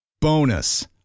Bonus